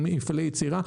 מפעלי יצירה.